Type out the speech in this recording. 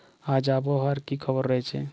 আজ আবহাওয়ার কি খবর রয়েছে?